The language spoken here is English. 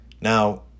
Now